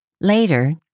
Later